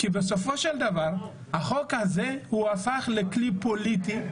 כי בסופו של דבר, החוק הזה הפך לכלי פוליטי.